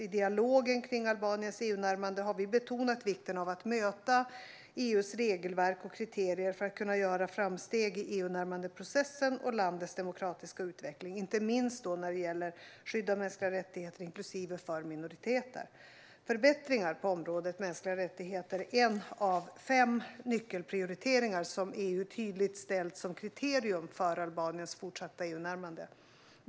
I dialogen kring Albaniens EU-närmande har vi betonat vikten av att möta EU:s regelverk och kriterier för att kunna göra framsteg i EUnärmandeprocessen och landets demokratiska utveckling, inte minst när det gäller skydd av mänskliga rättigheter, inklusive för minoriteter. Förbättringar på området mänskliga rättigheter är en av fem nyckelprioriteringar som EU tydligt ställt som kriterium för Albaniens fortsatta EU-närmande.